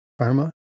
pharma